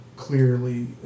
clearly